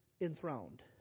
enthroned